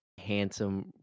handsome